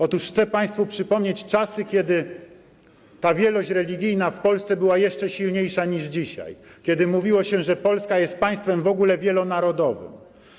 Otóż chcę Państwu przypomnieć czasy, kiedy ta wielość religijna w Polsce była jeszcze silniejsza niż dzisiaj, kiedy mówiło się, że Polska jest w ogóle państwem wielonarodowym.